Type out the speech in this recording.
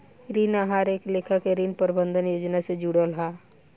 ऋण आहार एक लेखा के ऋण प्रबंधन योजना से जुड़ल हा